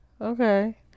okay